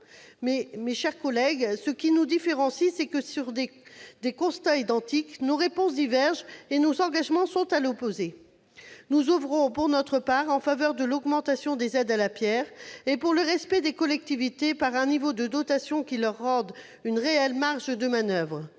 mes chers collègues, c'est que, sur des constats identiques, nos réponses divergent et nos engagements sont à l'opposé. Nous oeuvrons, pour notre part, en faveur de l'augmentation des aides à la pierre et pour le respect des collectivités par un niveau de dotations qui leur rende une réelle marge de manoeuvre.